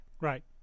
Right